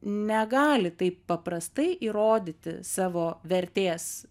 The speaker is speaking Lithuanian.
negali taip paprastai įrodyti savo vertės